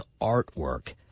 artwork